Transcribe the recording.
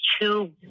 two